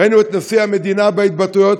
ראינו את נשיא המדינה בהתבטאויות,